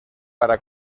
para